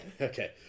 Okay